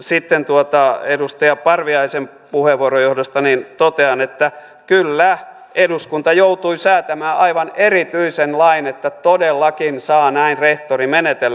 sitten edustaja parviaisen puheenvuoron johdosta totean että kyllä eduskunta joutui säätämään aivan erityisen lain että todellakin saa näin rehtori menetellä